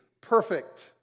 perfect